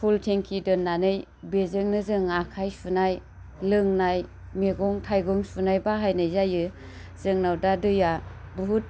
फुल थेंखि दोन्नानै बेजोंनो जों आखाय सुनाय लोंनाय मेगं थाइगं सुनाय बाहायनाय जायो जोंनाव दा दैया बुहुत